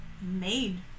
made